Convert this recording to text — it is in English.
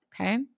Okay